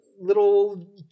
little